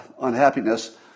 unhappiness